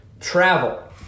travel